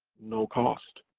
no cost.